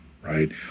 Right